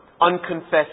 unconfessed